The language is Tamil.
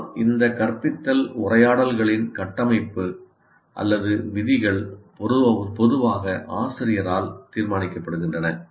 ஆனால் இந்த கற்பித்தல் உரையாடல்களின் கட்டமைப்பு அல்லது விதிகள் பொதுவாக ஆசிரியரால் தீர்மானிக்கப்படுகின்றன